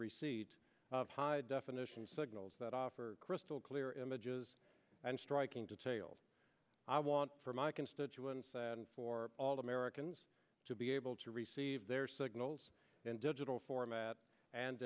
receipt of high definition signals that offer crystal clear images and striking details i want for my constituents and for all americans to be able to receive their signals in digital format and